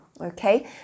Okay